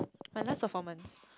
my last performance